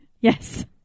Yes